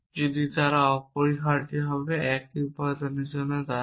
যদি তারা অপরিহার্যভাবে একই উপাদানের জন্য দাঁড়ায়